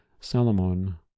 Salomon